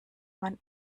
man